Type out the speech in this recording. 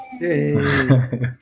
Yay